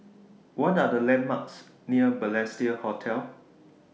What Are The landmarks near Balestier Hotel